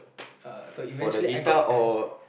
uh so eventually I got